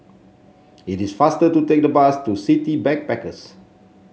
it is faster to take the bus to City Backpackers